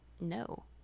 no